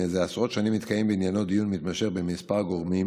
ומזה עשרות שנים מתקיים בעניינו דיון מתמשך בין כמה גורמים